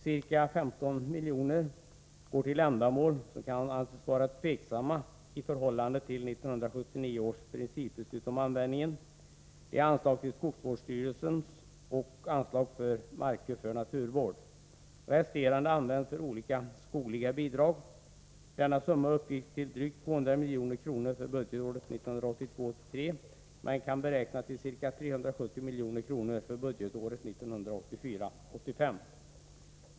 Ca 15 milj.kr. går till ändamål som kan anses vara tveksamma i förhållande till 1979 års principbeslut om användningen. Det är anslag till skogsvårdsstyrelserna och anslag för markköp för naturvård. Resterande medel används för olika skogliga bidrag. Denna summa uppgick till drygt 200 milj.kr. för budgetåret 1982 85.